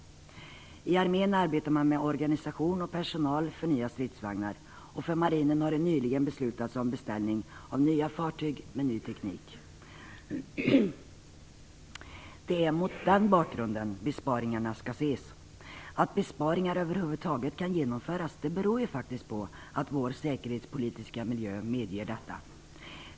I armén arbetar man med organisation och personal för nya stridsvagnar, och för marinen har det nyligen beslutats om beställning av nya fartyg med ny teknik. Det är mot den bakgrunden som besparingarna skall ses. Att besparingar över huvud taget kan genomföras beror ju på att vår säkerhetspolitiska miljö medger detta.